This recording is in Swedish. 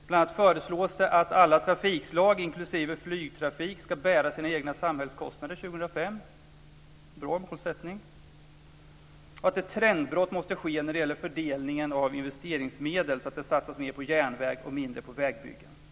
Bl.a. föreslås att alla trafikslag inklusive flygtrafik ska bära sina egna samhällskostnader 2005. Det är en bra målsättning. Ett trendbrott måste ske när det gäller fördelningen av investeringsmedel så att det satsas mer på järnväg och mindre på vägbyggen, säger man.